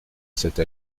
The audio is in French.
cette